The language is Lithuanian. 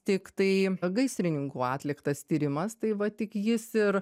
tiktai gaisrininkų atliktas tyrimas tai va tik jis ir